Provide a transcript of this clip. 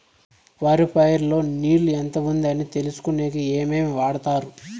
వరి పైరు లో నీళ్లు ఎంత ఉంది అని తెలుసుకునేకి ఏమేమి వాడతారు?